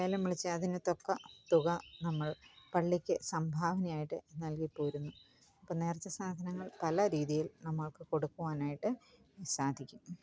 ലേലം വിളിച്ചെ അതിന് തൊക്ക തുക നമ്മള് പള്ളിക്ക് സംഭാവനയായിട്ട് നല്കിപ്പോരുന്നു അപ്പോള് നേര്ച്ച സാധനങ്ങള് പല രീതിയില് നമ്മള്ക്ക് കൊടുക്കുവാനായിട്ട് സാധിക്കും